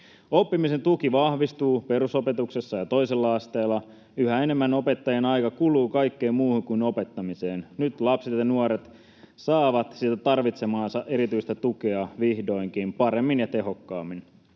Oppimisen tuki vahvistuu perusopetuksessa ja toisella asteella. Yhä enemmän opettajien aika kuluu kaikkeen muuhun kuin opettamiseen. Nyt lapset ja nuoret saavat sitä tarvitsemaansa erityistä tukea vihdoinkin paremmin ja tehokkaammin.